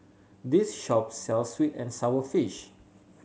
this shop sells sweet and sour fish